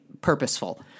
purposeful